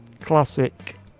classic